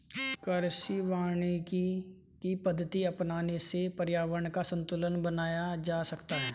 कृषि वानिकी की पद्धति अपनाने से पर्यावरण का संतूलन बनाया जा सकता है